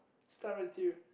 start with you